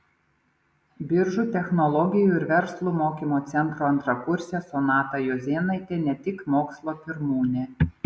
biržų technologijų ir verslo mokymo centro antrakursė sonata juozėnaitė ne tik mokslo pirmūnė